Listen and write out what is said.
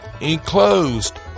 enclosed